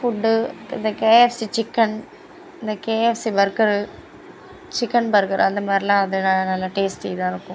food இந்த KFC chicken இந்த KFC burger chicken burger அந்த மாதிரில்லாம் வந்து நல்ல நல்ல டேஸ்ட்டி இதாக இருக்கும்